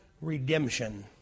Redemption